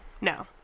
No